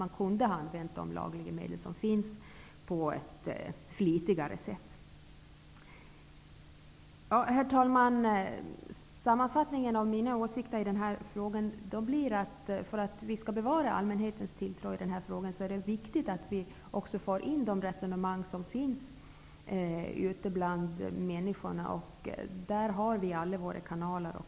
Man kunde ha använt de lagliga medel som finns flitigare. Herr talman! Sammanfattningen av mina åsikter i den här frågan är följande. För att vi skall bevara allmänhetens tilltro i denna fråga är det viktigt att föra in de resonemang som finns ute bland människorna. Vi har alla våra kanaler.